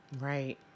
Right